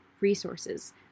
resources